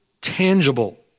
tangible